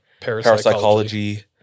parapsychology